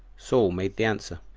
saul made answer,